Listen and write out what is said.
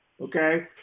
okay